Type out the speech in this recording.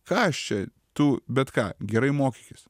ką aš čia tu bet ką gerai mokykis